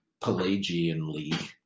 Pelagianly